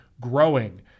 growing